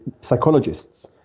psychologists